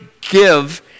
give